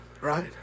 right